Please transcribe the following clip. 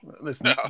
Listen